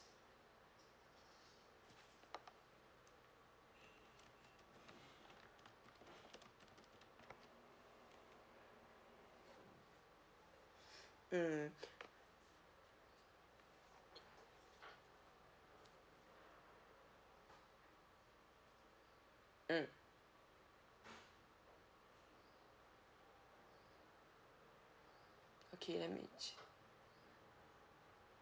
mm mm okay let me check